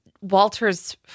Walter's